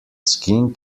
skin